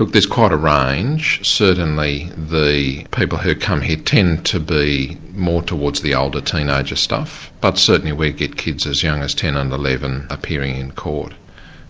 like there's quite a range. certainly the people who come here tend to be more towards the older teenager stuff, but certainly we get kids as young as ten and eleven appearing and in